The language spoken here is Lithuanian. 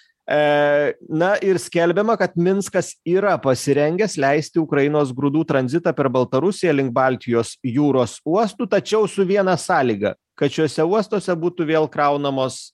e na ir skelbiama kad minskas yra pasirengęs leisti ukrainos grūdų tranzitą per baltarusiją link baltijos jūros uostų tačiau su viena sąlyga kad šiuose uostuose būtų vėl kraunamos